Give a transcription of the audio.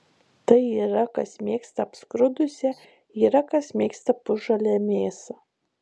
tai yra kas mėgsta apskrudusią yra kas mėgsta pusžalę mėsą